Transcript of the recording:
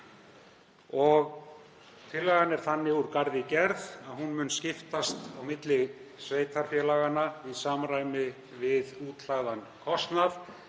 Tillagan er þannig úr garði gerð að fjárhæðin mun skiptast á milli sveitarfélaganna í samræmi við útlagðan kostnað